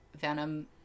Venom